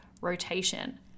rotation